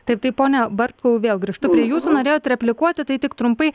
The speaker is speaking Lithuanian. taip taip pone bartkau vėl grįžtu prie jūsų norėjot replikuoti tai tik trumpai